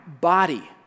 body